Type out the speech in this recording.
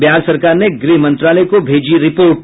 बिहार सरकार ने गृह मंत्रालय को भेजी रिपोर्ट